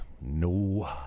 no